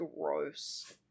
gross